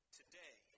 today